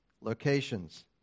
locations